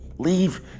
Leave